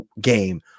game